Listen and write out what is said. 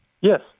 Yes